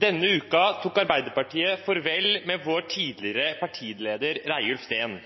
Denne uken tok Arbeiderpartiet farvel med vår tidligere partileder Reiulf Steen.